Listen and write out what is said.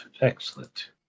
Excellent